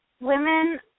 women